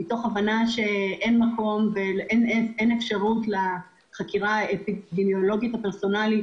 מתוך הבנה שאין יותר אפשרות לחקירה אפידמיולוגית פרסונלית,